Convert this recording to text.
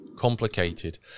complicated